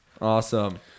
awesome